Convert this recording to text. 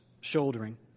shouldering